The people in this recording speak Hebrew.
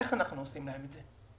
איך אנחנו עושים להם את זה?